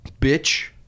Bitch